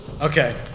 okay